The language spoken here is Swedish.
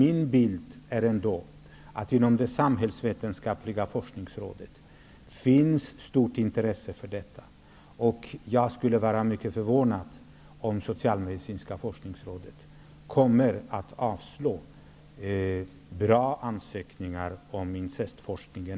Inom det samhällsvetenskapliga forskningsområdet finns det dock ett stort intresse för denna fråga. Jag skulle bli mycket förvånad om Socialmedicinska forskningsrådet skulle avslå bra ansökningar om incestforskningen.